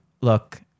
look